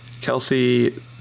Kelsey